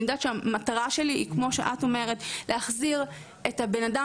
אני יודעת שהמטרה שלי היא להחזיר את האדם